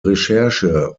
recherche